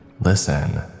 listen